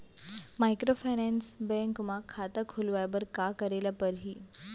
Microfinance bank म खाता खोलवाय बर का करे ल परही?